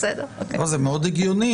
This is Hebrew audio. בדרך כלל,